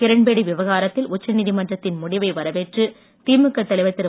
கிரண்பேடி விவகாரத்தில் உச்ச நீதிமன்றத்தின் முடிவை வரவேற்று திமுக தலைவர் திரு